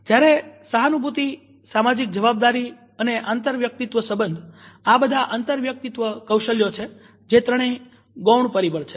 જ્યારે સહાનુભુતી સામાજિક જવાબદારી અને આંતરવ્યક્તિત્વ સબંધ આ બધા આંતરવ્યક્તિત્વ કૌશલ્યો છે જે ત્રણેય ગૌણ પરિબળ છે